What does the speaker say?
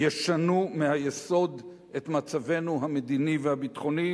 תשנה מהיסוד את מצבנו המדיני והביטחוני